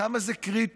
כמה זה קריטי,